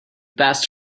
passed